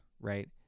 Right